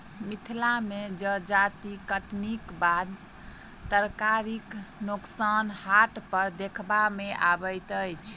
मिथिला मे जजाति कटनीक बाद तरकारीक नोकसान हाट पर देखबा मे अबैत अछि